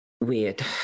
weird